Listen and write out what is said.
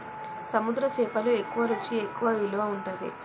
సముద్ర చేపలు ఎక్కువ రుచి ఎక్కువ విలువ ఉంటది